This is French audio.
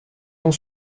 ans